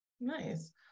Nice